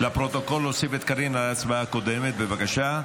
לפרוטוקול להוסיף את קארין להצבעה הקודמת, בבקשה.